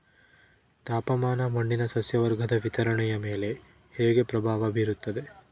ತಾಪಮಾನ ಮಣ್ಣಿನ ಸಸ್ಯವರ್ಗದ ವಿತರಣೆಯ ಮೇಲೆ ಹೇಗೆ ಪ್ರಭಾವ ಬೇರುತ್ತದೆ?